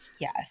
Yes